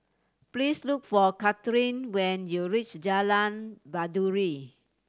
please look for Kathlene when you reach Jalan Baiduri